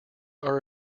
are